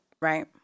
right